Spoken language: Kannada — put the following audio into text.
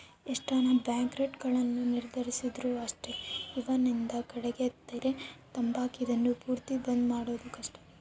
ಎಷ್ಟನ ಬ್ಲಾಕ್ಮಾರ್ಕೆಟ್ಗುಳುನ್ನ ನಿಂದಿರ್ಸಿದ್ರು ಅಷ್ಟೇ ಇನವಂದ್ ಕಡಿಗೆ ತೆರಕಂಬ್ತಾವ, ಇದುನ್ನ ಪೂರ್ತಿ ಬಂದ್ ಮಾಡೋದು ಕಷ್ಟ